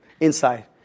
inside